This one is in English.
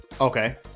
okay